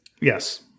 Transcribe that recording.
Yes